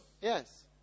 Yes